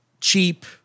cheap